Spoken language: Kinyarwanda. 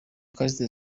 callixte